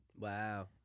Wow